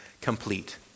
complete